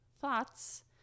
thoughts